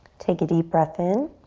take a deep breath in.